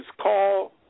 call